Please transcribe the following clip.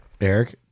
Eric